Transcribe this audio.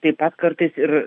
taip pat kartais ir